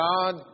God